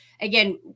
Again